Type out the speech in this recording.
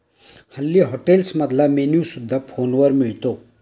हल्ली हॉटेल्समधला मेन्यू सुद्धा फोनवर मिळतो